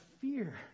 fear